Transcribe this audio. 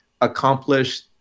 accomplished